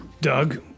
Doug